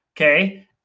okay